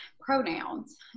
pronouns